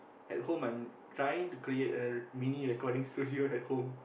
at home I'm trying to create a mini recording studio at home